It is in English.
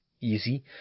easy